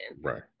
right